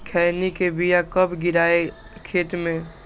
खैनी के बिया कब गिराइये खेत मे?